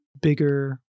bigger